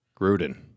Gruden